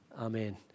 amen